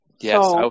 Yes